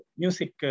music